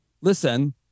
listen